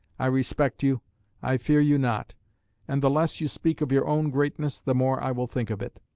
i respect you i fear you not and the less you speak of your own greatness, the more i will think of it.